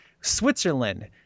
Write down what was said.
Switzerland